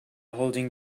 holding